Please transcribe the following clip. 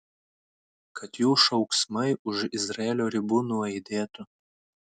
kad jų šauksmai už izraelio ribų nuaidėtų